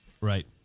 right